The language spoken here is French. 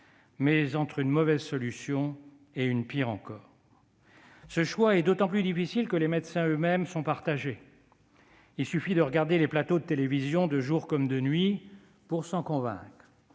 entre une mauvaise solution et une autre, pire encore. Ce choix est d'autant plus difficile que les médecins eux-mêmes sont partagés, il suffit de regarder les plateaux de télévision, de jour comme de nuit, pour s'en convaincre.